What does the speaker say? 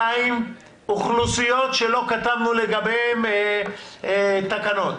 שנית, אוכלוסיות שלא כתבנו לגביהן תקנות,